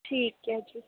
ਠੀਕ ਹੈ ਜੀ